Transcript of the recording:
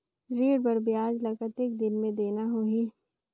ऋण कर ब्याज ला कतेक दिन मे देना होही?